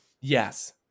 Yes